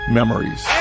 memories